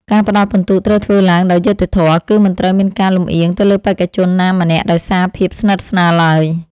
ការផ្ដល់ពិន្ទុត្រូវធ្វើឡើងដោយយុត្តិធម៌ គឺ មិនត្រូវមានការលំអៀងទៅលើបេក្ខជនណាម្នាក់ដោយសារភាពស្និទ្ធស្នាលឡើយ។